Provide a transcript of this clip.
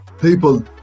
people